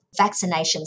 vaccinations